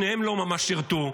שניהם לא ממש שירתו,